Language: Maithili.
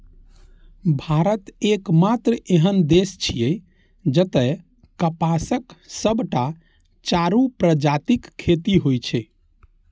भारत एकमात्र एहन देश छियै, जतय कपासक सबटा चारू प्रजातिक खेती होइ छै